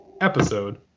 episode